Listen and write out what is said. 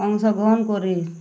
অংশগ্রহণ করে